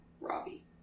Robbie